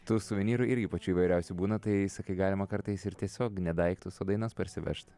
tų suvenyrų irgi pačių įvairiausių būna tai sakai galima kartais ir tiesiog ne daiktus o dainas parsivežt